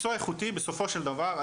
מקצוע איכותי בסופו של דבר,